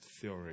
theory